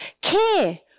care